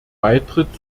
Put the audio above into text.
beitritt